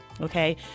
okay